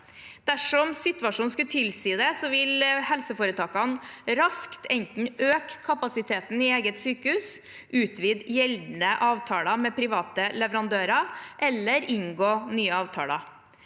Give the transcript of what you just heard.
Dersom situasjonen skulle tilsi det, vil helseforetakene raskt enten øke kapasiteten i egne sykehus, utvide gjeldende avtaler med private leverandører eller inngå nye avtaler.